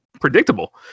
predictable